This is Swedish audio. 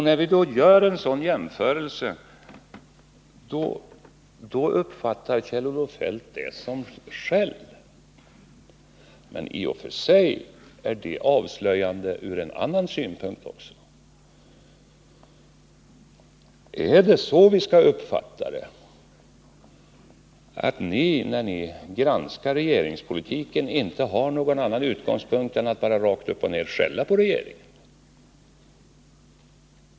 När vi då gör en sådan jämförelse uppfattar Kjell-Olof Feldt det som skäll. Men i och för sig är det avslöjande också ur en annan synpunkt. Är det så vi skall uppfatta det att ni när ni granskar regeringspolitiken inte har någon annan utgångspunkt än att bara rakt upp och ner skälla på regeringen?